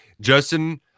Justin